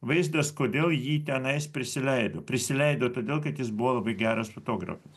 vaizdas kodėl jį tenais prisileido prisileido todėl kad jis buvo labai geras fotografas